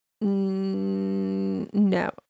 No